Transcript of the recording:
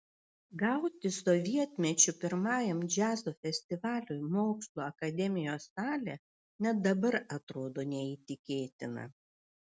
gauti sovietmečiu pirmajam džiazo festivaliui mokslų akademijos salę net dabar atrodo neįtikėtina